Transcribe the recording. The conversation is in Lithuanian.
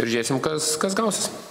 ir žiūrėsim kas kas gausis